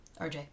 RJ